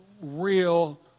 real